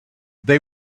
they